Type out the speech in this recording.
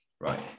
Right